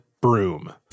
broom